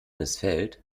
missfällt